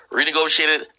Renegotiated